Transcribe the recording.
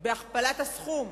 בהכפלת הסכום.